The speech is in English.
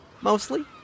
Mostly